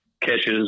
catches